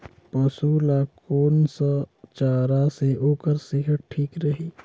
पशु ला कोन स चारा से ओकर सेहत ठीक रही?